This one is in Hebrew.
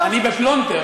בלי זמן.